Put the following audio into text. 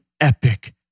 epic